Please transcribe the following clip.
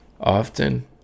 often